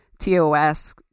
tos